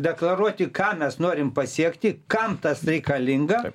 deklaruoti ką mes norim pasiekti kam tas reikalinga